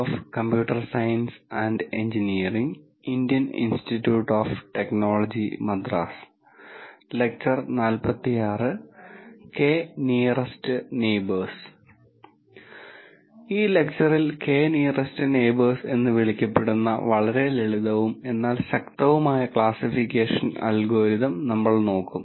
K nearest neighbours ഈ ലെക്ച്ചറിൽ K nearest neighbours എന്ന് വിളിക്കപ്പെടുന്ന വളരെ ലളിതവും എന്നാൽ ശക്തവുമായ ക്ലാസ്സിഫിക്കേഷൻ അൽഗോരിതം നമ്മൾ നോക്കും